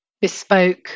bespoke